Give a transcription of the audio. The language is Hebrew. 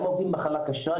גם עובדים במחלה קשה,